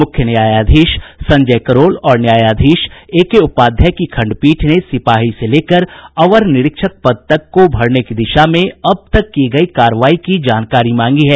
मुख्य न्यायाधीश संजय करोल और न्यायाधीश एके उपाध्याय की खंडपीठ ने सिपाही से लेकर अवर निरीक्षक पद तक को भरने की दिशा में अब तक की गयी कार्रवाई की जानकारी मांगी है